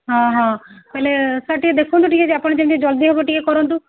ହଁ ହଁ ବେଲେ ସାର୍ ଟିକିଏ ଦେଖନ୍ତୁ ଟିକିଏ ଆପଣ ଯେମିତି ଜଲ୍ଦି ହେବ ଟିକିଏ କରନ୍ତୁ